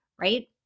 right